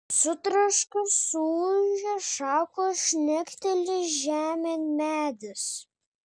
sutraška suūžia šakos žnekteli žemėn medis